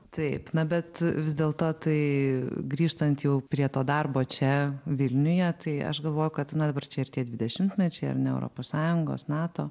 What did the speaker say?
taip na bet vis dėlto tai grįžtant jau prie to darbo čia vilniuje tai aš galvoju kad na dabar čia ir tie dvidešimtmečiai ar ne europos sąjungos nato